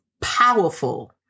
powerful